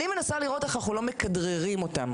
אני מנסה לראות איך אנחנו לא מכדררים אותם.